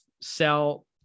sell